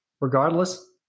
Regardless